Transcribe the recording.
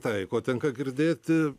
tai ko tenka girdėti